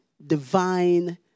divine